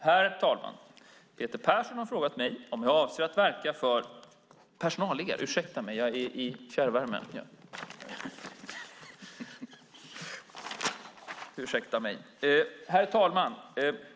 Herr talman! Peter Persson har frågat mig om jag avser att verka för . Ursäkta mig jag är i svaret om fjärrvärmen. Herr talman!